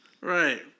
Right